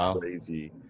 crazy